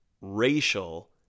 racial